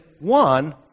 one